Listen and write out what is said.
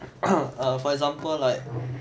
for example like